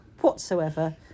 whatsoever